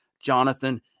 Jonathan